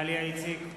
(קורא בשמות חברי הכנסת) דליה איציק,